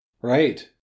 Right